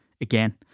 again